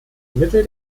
mittel